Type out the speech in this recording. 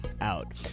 out